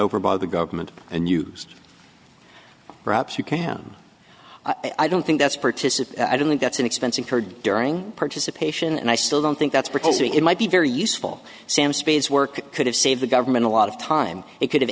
over by the government and used perhaps you can i don't think that's participate i don't think that's an expensive car during participation and i still don't think that's because it might be very useful sam space work could have saved the government a lot of time it could have